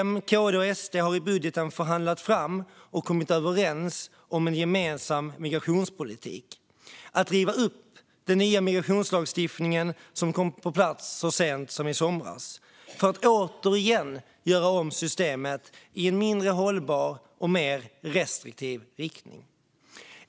M, KD och SD har i budgeten förhandlat fram och kommit överens om en gemensam migrationspolitik - om att riva upp den nya migrationslagstiftning som kom på plats så sent som i somras för att återigen göra om systemet i en mindre hållbar och mer restriktiv riktning.